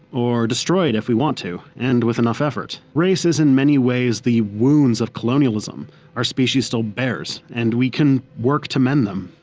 or destroy it if we want to and with enough effort. race is in many ways the wounds of colonialism our species still bears, and we can work to mend them.